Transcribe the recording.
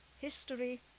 history